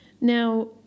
Now